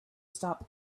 stop